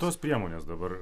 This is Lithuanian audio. tos priemonės dabar